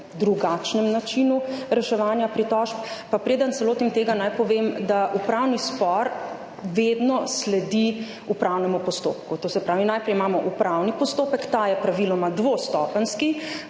drugačnem načinu reševanja pritožb. Pa preden se lotim tega, naj povem, da upravni spor vedno sledi upravnemu postopku. To se pravi najprej imamo upravni postopek, ta je praviloma dvostopenjski,